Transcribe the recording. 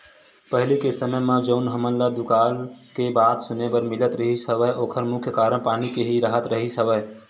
पहिली के समे म जउन हमन ल दुकाल के बात सुने बर मिलत रिहिस हवय ओखर मुख्य कारन पानी के ही राहत रिहिस हवय